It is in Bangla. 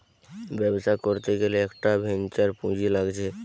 ব্যবসা করতে গ্যালে একটা ভেঞ্চার পুঁজি লাগছে